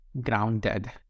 grounded